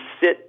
sit